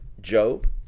Job